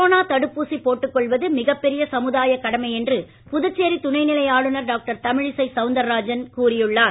corona தடுப்பூசி போட்டுக் கொள்வது மிகப் பெரிய சமுதாயக் கடமை என்று புதுச்சேரி துணைநிலை ஆளுநர் டாக்டர் தமிழிசை சவுந்தரராஜன் கூறியுள்ளார்